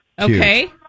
Okay